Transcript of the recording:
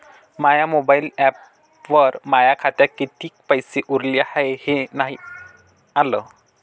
माया mobile ॲपवर माया खात्यात किती पैसे उरले हाय हे नाही आलं